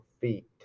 feet